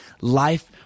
life